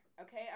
Okay